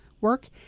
work